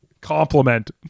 compliment